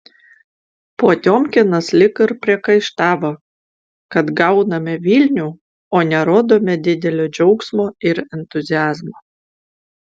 potiomkinas lyg ir priekaištavo kad gauname vilnių o nerodome didelio džiaugsmo ir entuziazmo